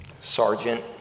Sergeant